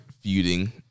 feuding